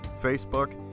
Facebook